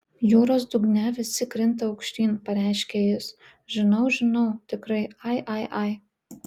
jūros dugne visi krinta aukštyn pareiškė jis žinau žinau tikrai ai ai ai